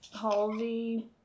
Halsey